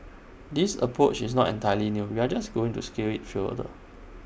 this approach is not entirely new we are just going to scale IT further